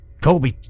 Kobe